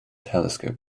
telescope